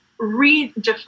redefine